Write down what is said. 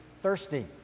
thirsty